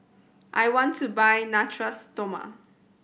I want to buy Natura Stoma